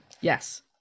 yes